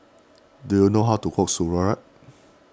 do you know how to cook Sauerkraut